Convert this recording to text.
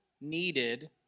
needed